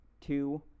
two